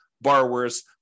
borrowers